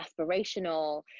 aspirational